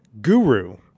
Guru